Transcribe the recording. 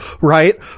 right